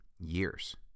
years